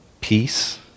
peace